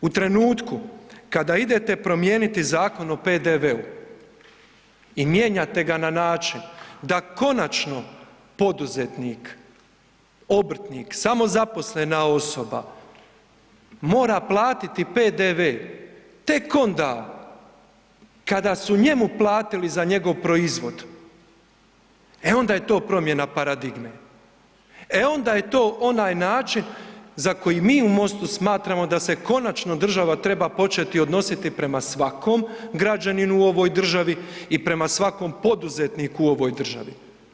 U trenutku kada idete promijeniti Zakon o PDV-u i mijenjate ga na način da konačno poduzetnik, obrtnik, samozaposlena osoba mora platiti PDV tek onda kada su njemu platili za njegov proizvod, e onda je to promjena paradigme, e onda je to onaj način za koji mi u MOST-u smatramo da se konačno država treba početi odnositi prema svakom građaninu u ovoj državi i prema svakom poduzetniku u ovoj državi.